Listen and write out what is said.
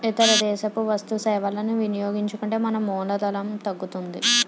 ఇతర దేశపు వస్తు సేవలని వినియోగించుకుంటే మన మూలధనం తగ్గుతుంది